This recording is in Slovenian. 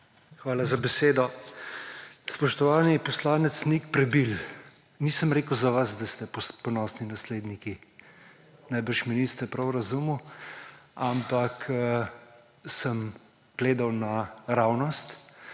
Hvala za besedo. Spoštovani poslanec Nik Prebil, nisem rekel za vas, da ste ponosni nasledniki, najbrž me niste prav razumeli, ampak sem gledal naravnost